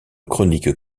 chronique